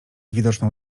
widoczną